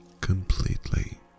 completely